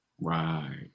Right